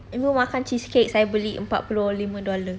ibu makan cheesecakes saya beli empat puluh lima dollar